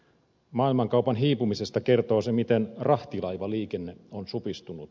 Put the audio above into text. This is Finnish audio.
maailmankaupan hiipumisesta kertoo se miten rahtilaivaliikenne on supistunut